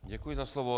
Děkuji za slovo.